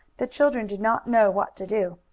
the children did not know what to do.